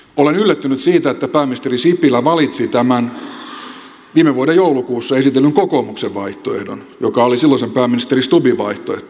olen yllättynyt siitä että pääministeri sipilä valitsi tämän viime vuoden joulukuussa esitellyn kokoomuksen vaihtoehdon joka oli silloisen pääministeri stubbin vaihtoehto